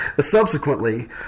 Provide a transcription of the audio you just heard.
subsequently